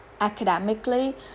academically